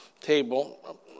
table